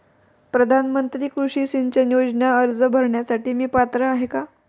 प्रधानमंत्री कृषी सिंचन योजना अर्ज भरण्यासाठी मी पात्र आहे का?